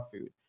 food